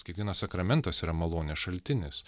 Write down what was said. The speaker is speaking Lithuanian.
kiekvienas sakramentas yra malonės šaltinis